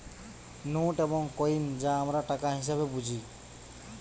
note এবং coin যা আমরা টাকা হিসেবে বুঝি